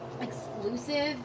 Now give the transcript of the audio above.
exclusive